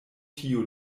tiu